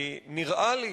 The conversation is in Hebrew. נראה לי